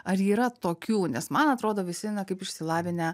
ar yra tokių nes man atrodo visi kaip išsilavinę